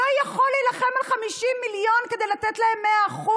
לא יכול להילחם על 50 מיליון כדי לתת להם 100%?